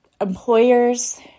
employers